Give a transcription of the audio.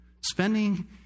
Spending